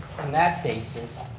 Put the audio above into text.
on that basis,